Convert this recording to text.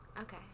Okay